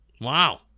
Wow